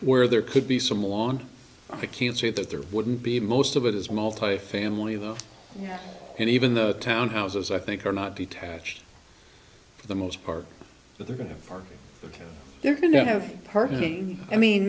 where there could be some lawn i can't say that there wouldn't be most of it is multifamily though and even the townhouses i think are not detached for the most part that they're going to they're going to have a party i mean